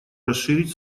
расширить